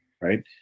right